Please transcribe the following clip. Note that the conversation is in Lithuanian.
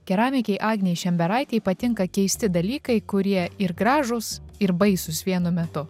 keramikei agnei šemberaitei patinka keisti dalykai kurie ir gražūs ir baisūs vienu metu